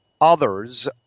others